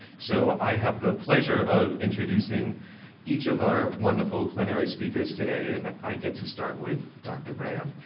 so i have the pleasure of introducing each of our wonderful plenary speakers today and but i get to start with dr. brand.